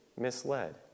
misled